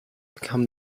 become